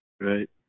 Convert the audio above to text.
right